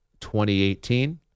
2018